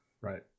Right